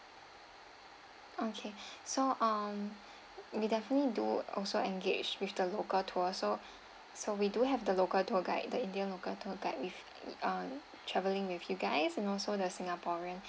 okay so um we definitely do also engaged with the local tour so so we do have the local tour guide the india local tour guide with uh traveling with you guys and also the singaporean